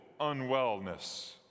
unwellness